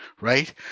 right